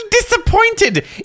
disappointed